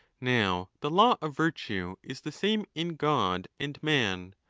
now, the law of virtue is the same in god and man,